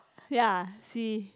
ya see